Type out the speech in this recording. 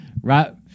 Right